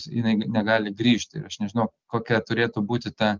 jinai negali grįžti ir aš nežinau kokia turėtų būti ta